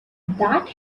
that